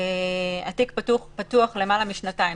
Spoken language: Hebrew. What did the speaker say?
התיק פתוח למעלה משנתיים.